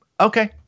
okay